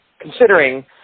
Considering